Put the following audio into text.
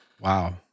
wow